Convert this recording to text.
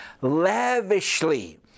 lavishly